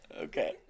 Okay